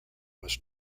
was